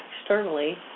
externally